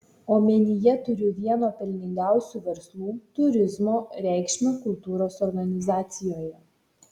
omenyje turiu vieno pelningiausių verslų turizmo reikšmę kultūros organizacijoje